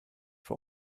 vor